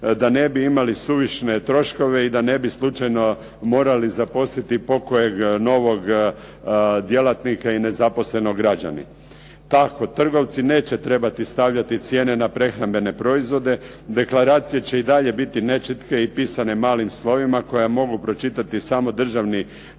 da ne bi imali suvišne troškove i da ne bi slučajno morali zaposliti pokojeg novog djelatnika i nezaposlenog građanina. Tako trgovci neće trebati stavljati cijene na prehrambene proizvode, deklaracije će i dalje biti nečitke i pisane malim slovima koja mogu pročitati samo državni